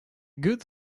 good